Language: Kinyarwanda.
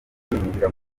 kwinjira